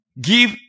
Give